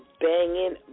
banging